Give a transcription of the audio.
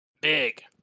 Big